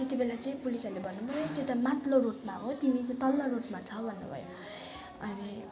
त्यतिबेला चाहिँ पुलिसहरूले भन्नुभयो त्यो त माथिल्लो रोडमा हो तिमी चाहिँ तल्लो रोडमा छौ भन्नुभयो अनि